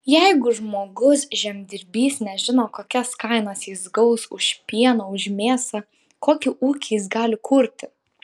jeigu žmogus žemdirbys nežino kokias kainas jis gaus už pieną už mėsą kokį ūkį jis gali kurti